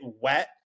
wet